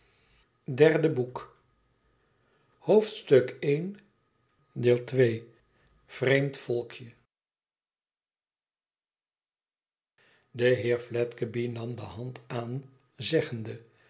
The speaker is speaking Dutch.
mijne hand de heer fledgeby nam de hand aan zeggende